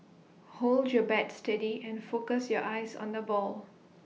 hold your bat steady and focus your eyes on the ball